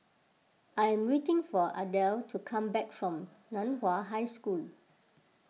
I am waiting for Adel to come back from Nan Hua High School